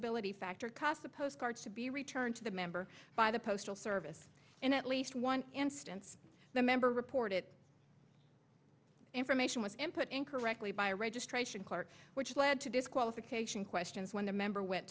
illegibility factor caused the postcards to be returned to the member by the postal service in at least one instance the member report it information was in put incorrectly by a registration clerk which led to disqualification questions when a member went